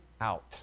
out